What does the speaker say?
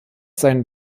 seinen